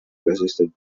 resisted